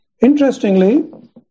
Interestingly